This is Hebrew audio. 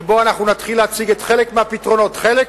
שבה אנחנו נתחיל להציג חלק מהפתרונות, חלק,